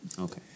Okay